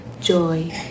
joy